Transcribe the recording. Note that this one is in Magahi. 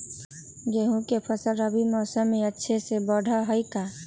गेंहू के फ़सल रबी मौसम में अच्छे से बढ़ हई का?